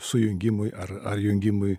sujungimui ar ar jungimui